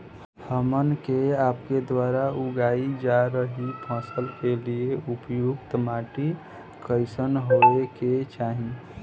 हमन के आपके द्वारा उगाई जा रही फसल के लिए उपयुक्त माटी कईसन होय के चाहीं?